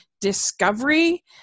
discovery